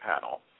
panel